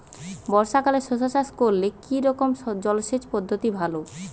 বর্ষাকালে শশা চাষ করলে কি রকম জলসেচ পদ্ধতি ভালো?